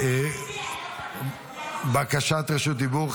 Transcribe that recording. רוט, בקשות רשות דיבור.